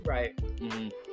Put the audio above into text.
Right